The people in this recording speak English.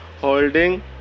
holding